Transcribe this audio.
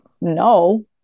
no